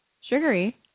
Sugary